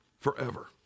forever